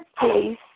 please